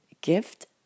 gift